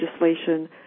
legislation